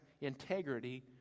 integrity